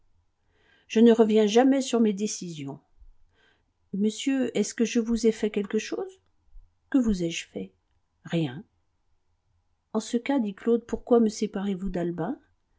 je ne reviens jamais sur mes décisions monsieur est-ce que je vous ai fait quelque chose que vous ai-je fait rien en ce cas dit claude pourquoi me séparez-vous d'albin